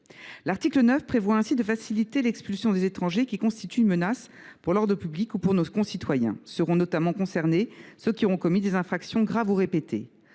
L’article 9 prévoit ainsi de faciliter l’expulsion des étrangers qui constituent une menace pour l’ordre public ou pour nos concitoyens. Seront notamment concernés ceux qui auront commis des infractions graves ou répétées.